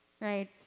right